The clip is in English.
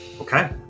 Okay